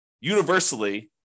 universally